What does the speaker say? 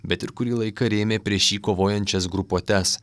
bet ir kurį laiką rėmė prieš jį kovojančias grupuotes